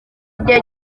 igihe